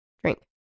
Drink